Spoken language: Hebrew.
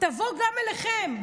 תבוא גם אליכם.